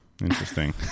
Interesting